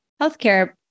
healthcare